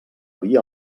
via